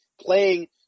playing